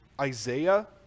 Isaiah